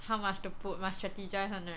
how much to put must strategise [one] right